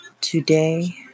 Today